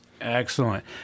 Excellent